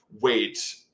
wait